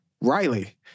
Riley